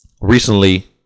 recently